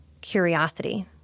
curiosity